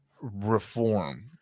reform